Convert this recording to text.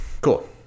cool